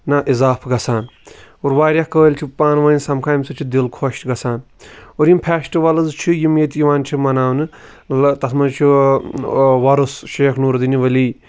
اِضافہٕ گَژھان اور واریاہ کٲلۍ چھِ پانہٕ ؤنۍ سَمکھان امہِ سۭتۍ چھُ دِل خۄش گَژھان اور یِم فیٚسٹٕوَلٕز چھِ یِم ییٚتہِ یِوان چھِ مَناونہٕ تَتھ مَنٛز چھُ وۄرُس شیخ نوٗر دیٖن ؤلی